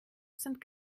sind